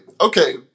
okay